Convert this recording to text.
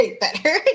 better